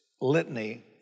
litany